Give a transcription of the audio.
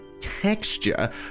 texture